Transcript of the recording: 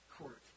court